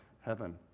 heaven